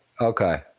Okay